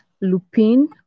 lupine